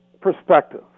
perspective